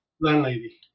Landlady